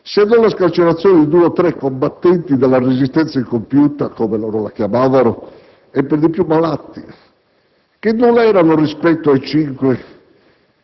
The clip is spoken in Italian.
se non la scarcerazione di due o tre combattenti della Resistenza incompiuta - come loro la chiamavano - e per di più malati, che nulla erano rispetto ai cinque